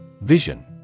Vision